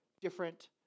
Different